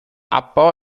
abbau